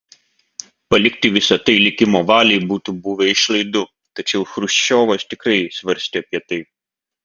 palikti visa tai likimo valiai būtų buvę išlaidu tačiau chruščiovas tikrai svarstė apie tai